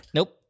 Nope